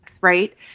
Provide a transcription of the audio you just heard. right